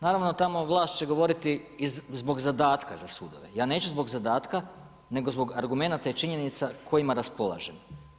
Naravno tamo vlast će govoriti i zbog zadatka za sudove, ja neću zbog zadatka nego zbog argumenata i činjenica kojima raspolažem.